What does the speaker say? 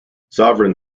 sovereign